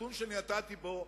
הנתון שאני נתתי פה,